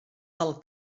del